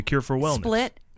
Split